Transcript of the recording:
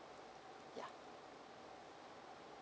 yeah